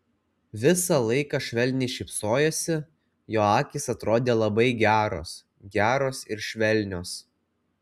visą laiką švelniai šypsojosi jo akys atrodė labai geros geros ir švelnios